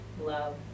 Love